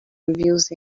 reveals